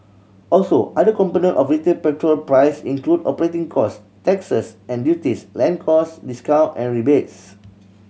also other component of retail petrol price include operating cost taxes and duties land cost discount and rebates